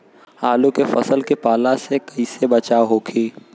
आलू के फसल के पाला से कइसे बचाव होखि?